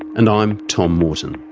and i'm tom morton